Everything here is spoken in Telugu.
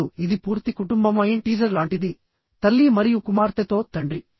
ఇప్పుడు ఇది పూర్తి కుటుంబ మైండ్ టీజర్ లాంటిది తల్లి మరియు కుమార్తెతో తండ్రి